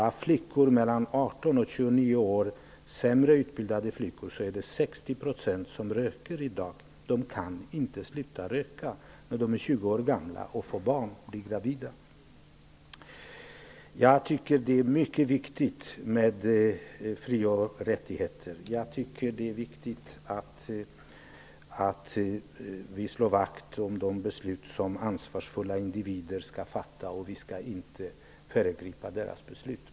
60 % av de sämre utbildade flickorna i åldern 18--29 år röker. De kan inte sluta röka när de vid 20 års ålder blir gravida. Jag tycker att det är mycket viktigt med fri och rättigheter. Jag tycker att det viktigt att slå vakt om de beslut som ansvarsfulla individer fattar. Vi skall inte föregripa deras beslut.